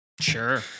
Sure